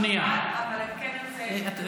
אבל אני כן ארצה לשאול שאלה נוספת,